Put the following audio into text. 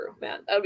man